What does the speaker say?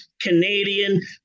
Canadian